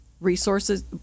resources